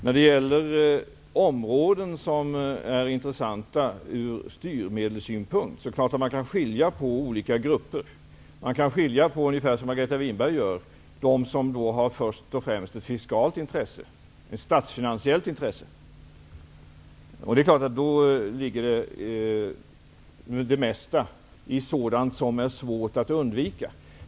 När det gäller områden som är intressanta ur styrmedelssynpunkt, kan man naturligtvis skilja på olika grupper. Vi har dem som först och främst har ett fiskalt intresse, ett statsfinansiellt intresse, ungefär som Margareta Winberg tar upp. Då ligger det mesta i sådant som är svårt att undvika.